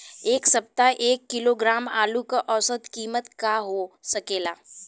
एह सप्ताह एक किलोग्राम आलू क औसत कीमत का हो सकेला?